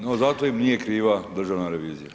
No zato im nije kriva Državna revizija.